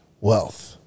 wealth